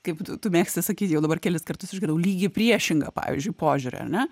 kaip tu mėgsti sakyti jau dabar kelis kartus išgirdau lygiai priešingą pavyzdžiui požiūrį ar ne